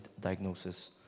diagnosis